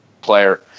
player